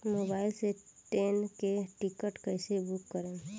Mobile से train के ticket कैसे बूक करेम?